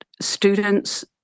students